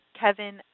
Kevin